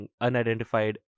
unidentified